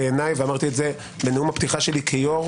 בעיניי ואמרתי את זה בנאום הפתיחה שלי כיושב-ראש